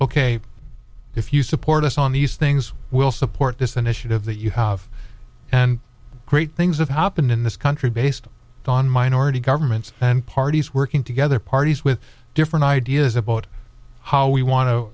ok if you support us on these things we'll support this initiative that you have and great things that happen in this country based on minority governments and parties working together parties with different ideas about how we want to